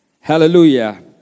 Hallelujah